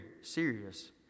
serious